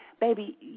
baby